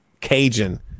Cajun